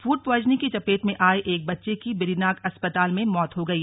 food poisoning की चपेट में आये एक बच्चे की बेरीनाग अस्पताल में मौत हो गई